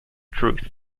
truth